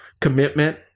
commitment